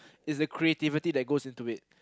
is the creativity that goes into it